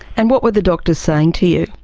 and what were the doctors saying to you?